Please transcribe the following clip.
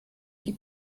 die